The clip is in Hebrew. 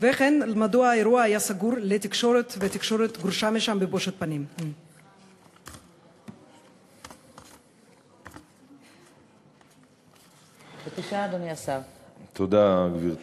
3. מדוע האירוע היה סגור לתקשורת והתקשורת גורשה משם בבושת פנים?